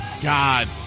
God